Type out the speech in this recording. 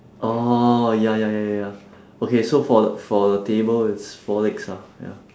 orh ya ya ya ya ya okay so for the for the table it's four legs lah ya